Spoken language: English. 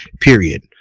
Period